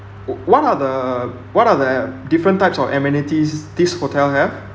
uh what are the what are the different types of amenities this hotel have